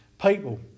People